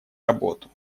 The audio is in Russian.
работу